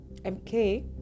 MK